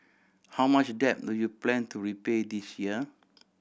how much debt do you plan to repay this year